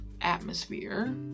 atmosphere